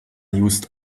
used